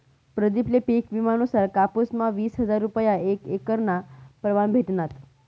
प्रदीप ले पिक विमा नुसार कापुस म्हा वीस हजार रूपया एक एकरना प्रमाणे भेटनात